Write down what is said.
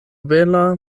bela